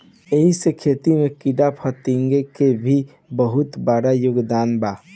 एही से खेती में कीड़ाफतिंगा के भी बहुत बड़ योगदान बा